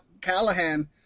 Callahan